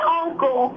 uncle